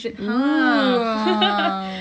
oo !wow!